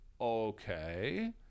okay